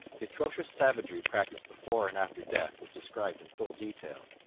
the atrocious savagery practised before and after death is described in full detail.